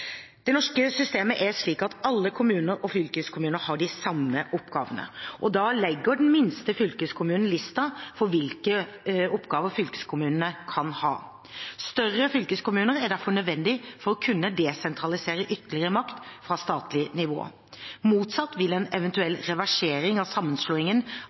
Det norske systemet er slik at alle kommuner og fylkeskommuner har de samme oppgavene, og da legger den minste fylkeskommunen listen for hvilke oppgaver fylkeskommunene kan ha. Større fylkeskommuner er derfor nødvendig for å kunne desentralisere ytterligere makt fra statlig nivå. Motsatt vil en eventuell reversering av sammenslåingen